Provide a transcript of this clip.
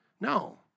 No